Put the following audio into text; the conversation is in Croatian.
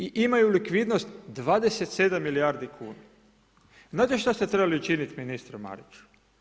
I imaju likvidnost 27 milijardi kuna. znate što ste trebali učinit ministre Mariću?